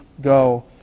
go